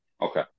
Okay